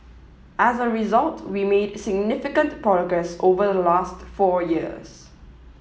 as a result we made significant progress over the last four years